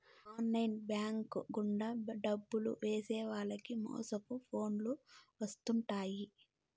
online bank గుండా డబ్బు ఏసేవారికి మోసపు ఫోన్లు వత్తుంటాయి